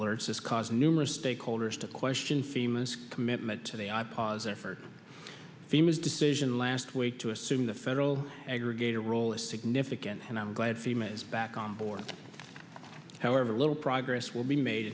this cause numerous stakeholders to question famous commitment to the i pause effort themas decision last week to assume the federal aggregator role is significant and i'm glad fema is back on board however little progress will be made